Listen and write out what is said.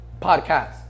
podcast